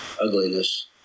ugliness